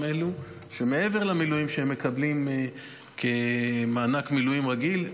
אלו שמעבר למה שהם מקבלים כמענק מילואים רגיל,